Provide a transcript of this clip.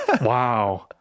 wow